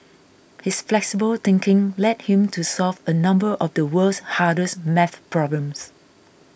his flexible thinking led him to solve a number of the world's hardest math problems